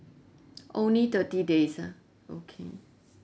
only thirty days ah okay